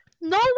No